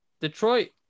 Detroit